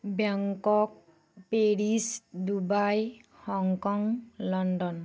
Bangkok Paris Dubai Hong Kong London